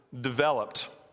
developed